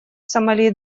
сомали